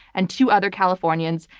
and two other californians,